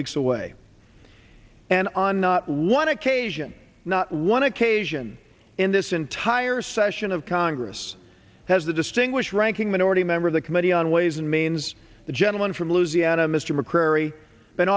weeks away and on not one occasion not one occasion in this entire session of congress has the distinguished ranking minority member of the committee on ways and means the gentleman from louisiana mr mccrary been